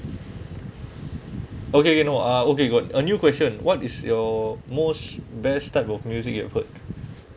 okay okay no ah okay got a new question what is your most best type of music you have heard